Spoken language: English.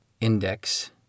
index